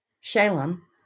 Shalem